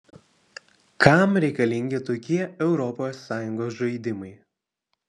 kam reikalingi tokie europos sąjungos žaidimai